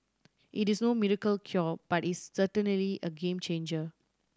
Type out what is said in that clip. it is no miracle cure but it's certainly a game changer